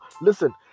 Listen